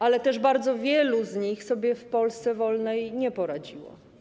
Ale też bardzo wielu z nich sobie w wolnej Polsce nie poradziło.